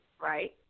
right